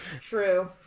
true